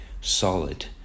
solid